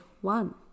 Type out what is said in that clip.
one